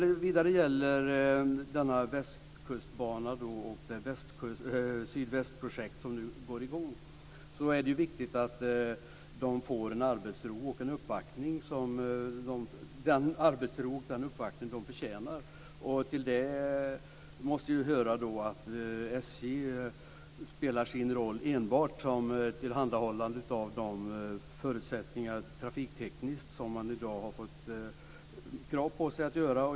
När det gäller Västkustbanan och Sydvästenprojektet som går i gång är det viktigt att man får den arbetsro och den uppbackning som man förtjänar. Till det måste höra att SJ enbart skall spela rollen som tillhandahållare av de trafiktekniska förutsättningarna, som man i dag har fått krav på sig att göra.